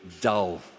dull